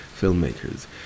Filmmakers